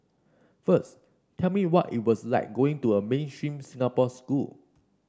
first tell me what it was like going to a mainstream Singapore school